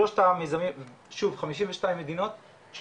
52 מדינות,